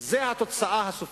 זאת התוצאה הסופית.